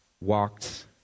walked